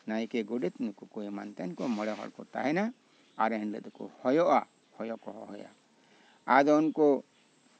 ᱱᱟᱭᱠᱮ ᱜᱚᱰᱮᱛ ᱱᱩᱠᱩ ᱠᱚ ᱢᱚᱬᱮ ᱦᱚᱲ ᱠᱚ ᱛᱟᱦᱮᱱᱟ ᱟᱨ ᱮᱱ ᱦᱤᱞᱳᱜ ᱫᱚᱠᱚ ᱦᱚᱭᱚᱜᱼᱟ ᱦᱚᱭᱚ ᱠᱚ ᱦᱚᱦᱚᱭᱟ ᱟᱫᱚ ᱩᱱᱠᱩ